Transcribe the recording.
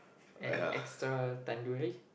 and extra tandoori